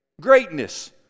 Greatness